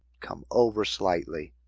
come over slightly.